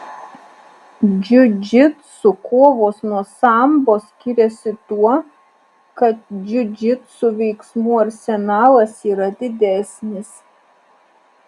džiudžitsu kovos nuo sambo skiriasi tuo kad džiudžitsu veiksmų arsenalas yra didesnis